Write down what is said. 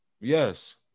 Yes